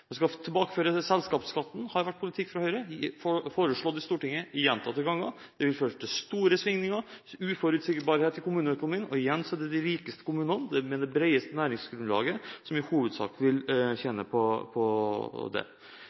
tilbakeføre selskapsskatten har vært politikk fra Høyre, og er foreslått i Stortinget gjentatte ganger. Det vil føre til store svingninger, uforutsigbarhet i kommuneøkonomien, og igjen er det de rikeste kommunene, med det bredeste næringsgrunnlaget, som i hovedsak vil tjene på det.